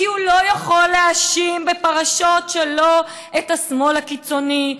כי הוא לא יכול להאשים בפרשות שלו את השמאל הקיצוני.